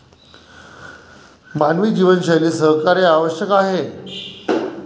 मानवी जीवनशैलीत सहकार्य आवश्यक आहे